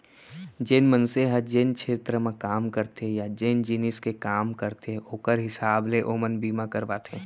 जेन मनसे ह जेन छेत्र म काम करथे या जेन जिनिस के काम करथे ओकर हिसाब ले ओमन बीमा करवाथें